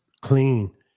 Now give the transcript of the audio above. clean